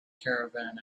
caravan